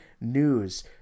news